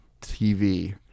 TV